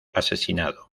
asesinado